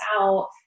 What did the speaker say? out